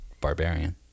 barbarian